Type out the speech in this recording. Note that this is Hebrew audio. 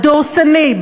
הדורסני,